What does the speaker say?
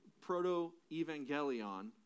Proto-Evangelion